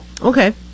Okay